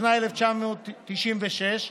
התשנ"ו 1996,